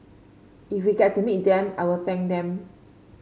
if we get to meet them I will thank them